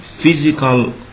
physical